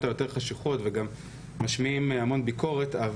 היותר חשוכות וגם משמיעים המון ביקורת.